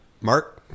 Mark